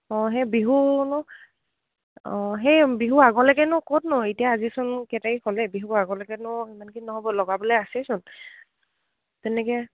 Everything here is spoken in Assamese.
অঁ সেই বিহুনো অঁ সেই বিহু আগলৈকেনো ক'ত ন এতিয়া আজিচোন কেই তাৰিখ হ'লে বিহু আগলৈকেনো ইমান কি নহ'ব লগাবলে আছেইচোন তেনেকে